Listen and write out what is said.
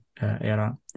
era